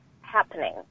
happening